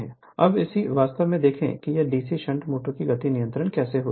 Refer Slide Time 0126 अब यदि वास्तव में देखें कि डीसी शंट मोटर की गति नियंत्रण कैसी है